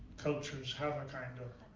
cultures have a kind of